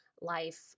life